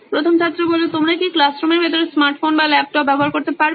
প্রথম ছাত্র তোমরা কি ক্লাসরুমের ভিতরে স্মার্টফোন বা ল্যাপটপ ব্যবহার করতে পারবে